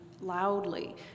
loudly